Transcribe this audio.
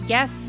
Yes